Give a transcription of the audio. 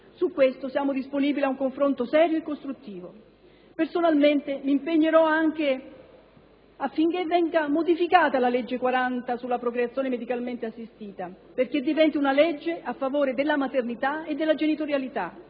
Su questo siamo disponibili ad un confronto serio e costruttivo. Personalmente, mi impegnerò anche affinché venga modificata la legge n. 40 sulla procreazione medicalmente assistita, perché diventi una legge a favore della maternità e della genitorialità,